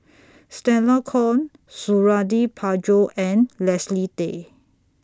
Stella Kon Suradi Parjo and Leslie Tay